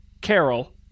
Carol